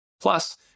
Plus